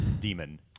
demon